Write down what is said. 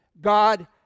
God